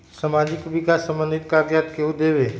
समाजीक विकास संबंधित कागज़ात केहु देबे?